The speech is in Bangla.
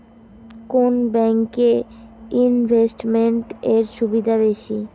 কোন ব্যাংক এ ইনভেস্টমেন্ট এর সুবিধা বেশি?